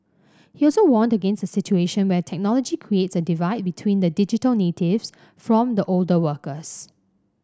he also warned against a situation where technology creates a divide between the digital natives from the older workers